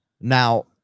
Now